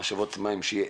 משאבות מים שיהיו